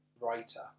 writer